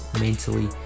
mentally